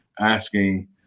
asking